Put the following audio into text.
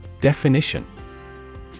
Definition